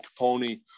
Capone